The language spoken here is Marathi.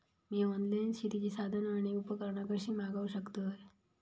मी ऑनलाईन शेतीची साधना आणि उपकरणा कशी मागव शकतय?